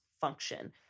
function